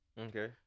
okay